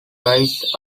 eyes